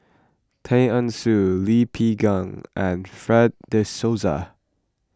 Tay Eng Soon Lee Peh and Fred De Souza